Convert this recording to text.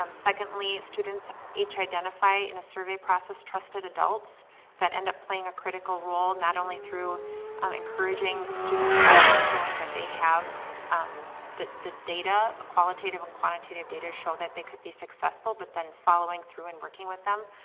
um secondly, students each identify in a survey process trusted adults that end up playing a critical role not only through um encouraging students that showing that they have um the data, qualitative or and quantitative data show that they can be successful but then following through and working with them.